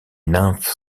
nymphes